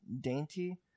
dainty